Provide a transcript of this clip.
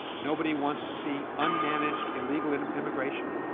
nobody wants to see unmanaged illegal and um immigration.